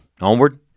Onward